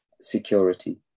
security